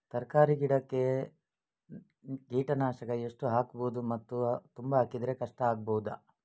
ತರಕಾರಿ ಗಿಡಕ್ಕೆ ಕೀಟನಾಶಕ ಎಷ್ಟು ಹಾಕ್ಬೋದು ಮತ್ತು ತುಂಬಾ ಹಾಕಿದ್ರೆ ಕಷ್ಟ ಆಗಬಹುದ?